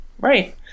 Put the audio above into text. Right